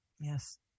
yes